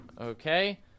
Okay